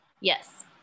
yes